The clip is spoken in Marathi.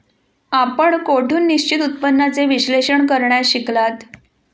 आपण कोठून निश्चित उत्पन्नाचे विश्लेषण करण्यास शिकलात?